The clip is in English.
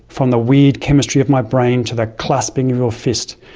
from the weird chemistry of my brain to the clasping of your fist.